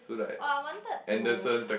oh I wanted to